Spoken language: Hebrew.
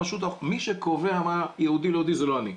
מי שקובע מי יהודי ולא יהודי זה לא אני.